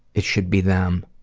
it should be them.